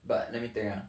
but let me think ah